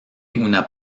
una